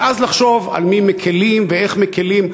ואז לחשוב על מי מקלים ואיך מקלים,